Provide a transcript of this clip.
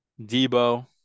Debo